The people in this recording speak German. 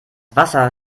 wasser